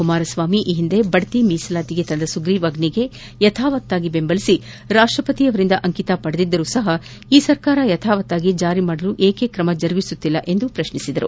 ಕುಮಾರಸ್ವಾಮಿ ಈ ಹಿಂದೆ ಬಡ್ತಿ ಮೀಸಲಾತಿಗೆ ತಂದ ಸುಗ್ರೀವಾಜ್ಞೆಗೆ ಯಥಾವತ್ತಾಗಿ ಬೆಂಬಲಿಸಿರಾಷ್ತ ಪತಿಯವರಿಂದ ಅಂಕಿತ ಪಡೆದಿದ್ದರೂ ಈ ಸರ್ಕಾರ ಯಥಾವತ್ತಾಗಿ ಜಾರಿ ಮಾಡಲು ಏಕೆ ಕ್ರಮ ಜರುಗಿಸುತ್ತಿಲ್ಲ ಎಂದು ಪ್ರಶ್ನಿಸಿದರು